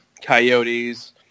coyotes